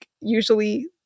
Usually